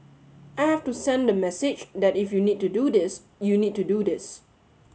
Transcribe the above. I have to send the message that if you need to do this you need to do this